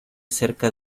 cerca